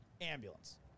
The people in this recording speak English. ambulance